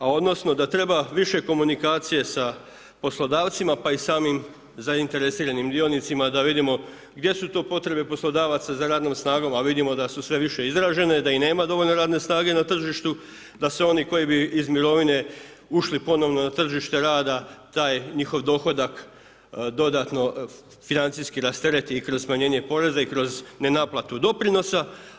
A odnosno da treba više komunikacije sa poslodavcima pa i samim zainteresiranim dionicima da vidimo gdje su to potrebe poslodavaca za radnom snagom a vidimo da su sve više izražene da i nema dovoljno radne snage na tržištu, da se oni koji bi iz mirovine ušli ponovno na tržište rada taj njihov dohodak dodatno financijski rastereti i kroz smanjenje poreza i kroz nenaplatu doprinosa.